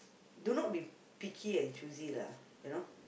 do not be picky and choosy lah you know